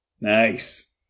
Nice